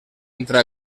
entre